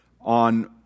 On